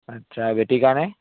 আচ্ছা বেটীৰ কাৰণে